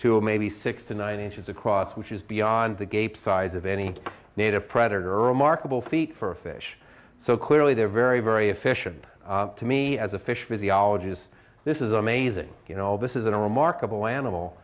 to maybe six to nine inches across which is beyond the gape size of any native predator remarkable feat for a fish so clearly they're very very efficient to me as a fish physiology is this is amazing you know this isn't a remarkable animal